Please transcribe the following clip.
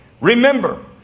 remember